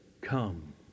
Come